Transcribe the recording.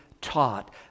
taught